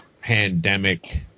pandemic